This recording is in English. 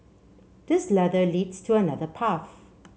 this ladder leads to another path